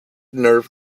nerve